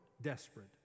desperate